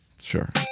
Sure